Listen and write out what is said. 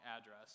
address